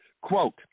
quote